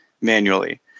manually